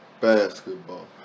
basketball